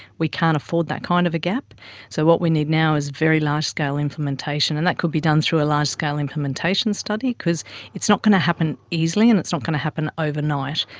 we can't afford that kind of a gap, and so what we need now is very large-scale implementation, and that could be done through a large-scale implementation study, because it's not going to happen easily and it's not going to happen overnight,